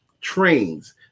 Trains